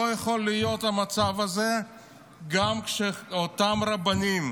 לא יכול להיות המצב הזה גם כשאותם רבנים,